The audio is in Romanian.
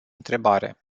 întrebare